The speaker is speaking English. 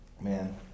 Man